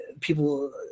people